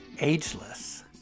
ageless